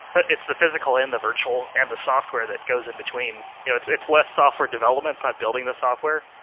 that it's the physical, and the virtual, and the software that goes in between. it's it's less software development. it's not building the software,